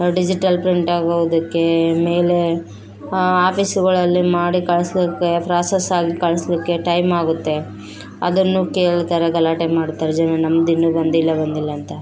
digital print ಆಗೋದಕ್ಕೆ ಮೇಲೆ ಆ ಆಫೀಸ್ಗಳಲ್ಲಿ ಮಾಡಿ ಕಳ್ಸುಕ್ಕೆ ಪ್ರೋಸೆಸ್ ಆಗಿ ಕಳ್ಸೋಕ್ಕೆ ಟೈಮಾಗುತ್ತೆ ಅದನ್ನು ಕೇಳ್ತಾರೆ ಗಲಾಟೆ ಮಾಡ್ತಾರೆ ಜನ ನಮ್ದು ಇನ್ನು ಬಂದಿಲ್ಲ ಬಂದಿಲ್ಲ ಅಂತ